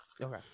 Okay